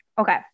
Okay